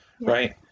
Right